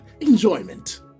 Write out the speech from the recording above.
enjoyment